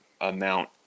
amount